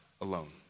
alone